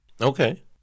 Okay